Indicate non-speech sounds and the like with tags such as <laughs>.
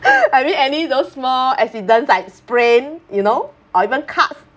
<laughs> I mean any those small accidents like sprain you know or even cuts